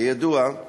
כידוע,